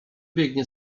biegnie